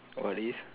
all this